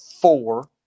four